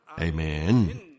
Amen